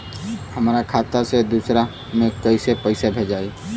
हमरा खाता से दूसरा में कैसे पैसा भेजाई?